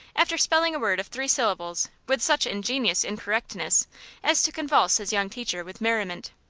after spelling a word of three syllables with such ingenious incorrectness as to convulse his young teacher with merriment.